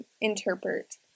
interpret